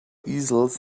easels